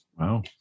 Wow